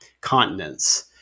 continents